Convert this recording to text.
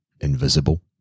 invisible